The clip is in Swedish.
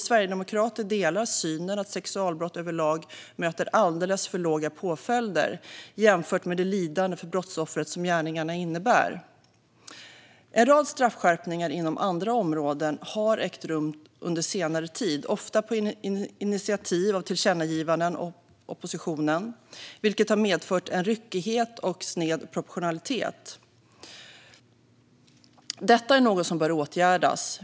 Sverigedemokraterna delar synen att sexualbrott överlag möter alldeles för låga påföljder jämfört med det lidande för brottsoffret som gärningarna innebär. En rad straffskärpningar inom andra områden har ägt rum under senare tid, ofta på initiativ av oppositionen genom tillkännagivanden, vilket har medfört en ryckighet och sned proportionalitet. Detta är något som bör åtgärdas.